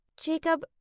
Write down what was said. Jacob